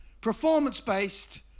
performance-based